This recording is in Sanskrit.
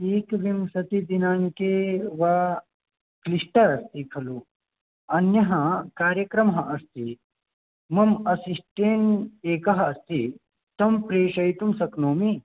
एकविंशतिदिनाङ्के वा क्लिष्टम् अस्ति खलु अन्यः कार्यक्रमः अस्ति मम अशिष्टेण्ट् एकः अस्ति तं प्रेषयितुं शक्नोमि